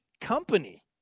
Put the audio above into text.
company